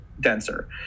denser